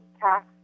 tax